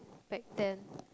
back then